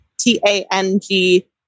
T-A-N-G